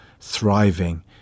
thriving